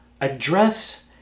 Address